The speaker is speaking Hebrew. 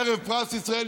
ערב פרס ישראל,